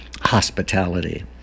hospitality